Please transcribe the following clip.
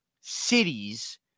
cities